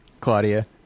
Claudia